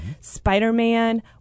Spider-Man